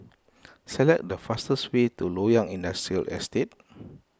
select the fastest way to Loyang Industrial Estate